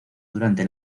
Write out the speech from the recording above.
durante